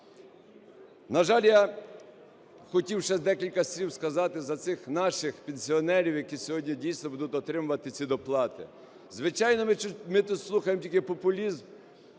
На жаль, я хотів ще декілька слів сказати за цих наших пенсіонерів, які сьогодні, дійсно, будуть отримувати ці доплати. Звичайно, ми то слухаємо тільки популізм,